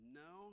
no